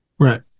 Right